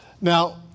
now